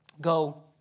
Go